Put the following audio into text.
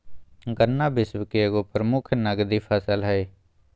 गन्ना विश्व के एगो प्रमुख नकदी फसल हइ